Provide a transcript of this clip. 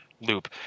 loop